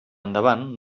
endavant